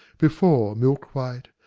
before milk-white,